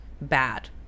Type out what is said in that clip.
bad